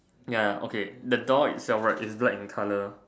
ya okay the door itself right is black in colour